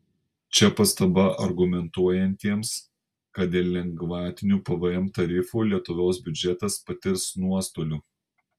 čia pastaba argumentuojantiems kad dėl lengvatinių pvm tarifų lietuvos biudžetas patirs nuostolių